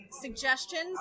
suggestions